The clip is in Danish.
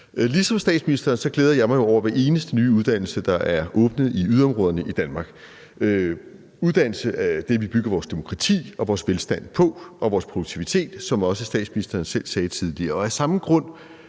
Ligesom statsministeren glæder jeg mig jo over hver eneste nye uddannelse, der er åbnet i yderområderne i Danmark. Uddannelse er jo det, vi bygger vores demokrati og vores velstand og vores produktivitet på, som statsministeren også selv sagde tidligere.